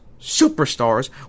superstars